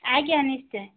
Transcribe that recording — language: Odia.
ଆଜ୍ଞା ନିଶ୍ଚୟ